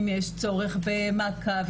אם יש צורך במעקב.